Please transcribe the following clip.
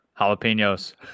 jalapenos